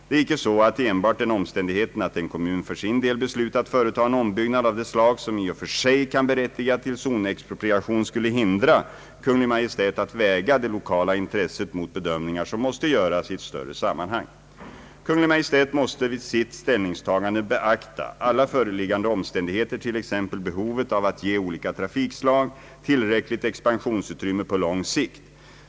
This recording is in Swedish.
Det är icke så att enbart den omständigheten att en kommun för sin del beslutat företa en ombyggnad av det slag som i och för sig kan berättiga till zonexpropriation skulle hindra Kungl. Maj:t att väga det lokala intresset mot bedömningar som måste göras i ett större sammanhang. Kungl. Maj:t måste vid sitt ställringstagande beakta alla föreliggande omständigheter, t.ex. behovet av att ge olika trafikslag tillräckligt expansionsutrymme på lång sikt.